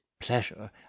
pleasure